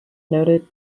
noted